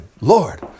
Lord